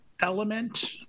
element